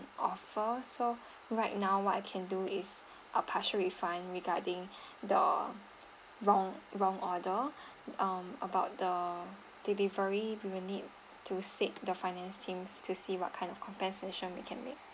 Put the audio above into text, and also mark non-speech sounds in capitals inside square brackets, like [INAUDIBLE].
offer so right now what I can do is a partial refund regarding [BREATH] the wrong wrong order um about the delivery we will need to seek the finance teams to see what kind of compensation we can make